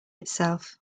itself